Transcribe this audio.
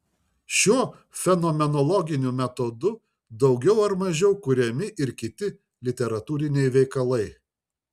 šiuo fenomenologiniu metodu daugiau ar mažiau kuriami ir kiti literatūriniai veikalai